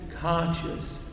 conscious